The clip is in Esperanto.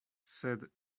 sed